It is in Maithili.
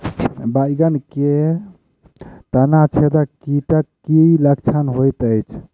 बैंगन मे तना छेदक कीटक की लक्षण होइत अछि?